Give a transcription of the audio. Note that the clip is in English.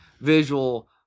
visual